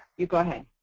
you go ahead.